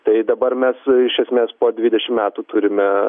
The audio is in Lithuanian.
tai dabar mes iš esmės po dvidešim metų turime